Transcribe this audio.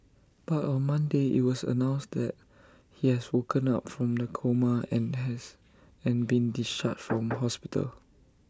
but on Monday IT was announced that he has woken up from the coma and has and been discharged from hospital